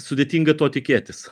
sudėtinga to tikėtis